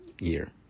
year